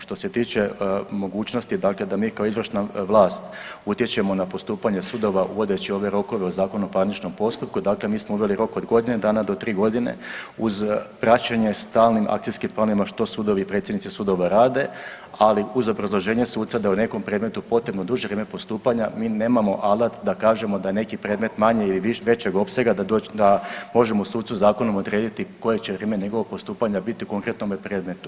Što se tiče mogućnosti dakle da mi kao izvršna vlast utječemo na postupanja sudova uvodeći ove rokove o Zakonu o parničnom postupku, dakle mi smo uveli rok od godine dana do tri godine uz praćenje stalnim akcijskim planovima što sudovi i predsjednici sudova rade, ali uz obrazloženje suca da u nekom predmetu potrebno duže vrijeme postupanja, mi nemamo alat da kažemo da je neki predmet manje ili većeg opsega, da možemo sucu zakonom odrediti koje će vrijeme njegovog postupanja biti u konkretnome predmetu.